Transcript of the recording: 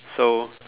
so